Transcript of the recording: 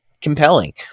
compelling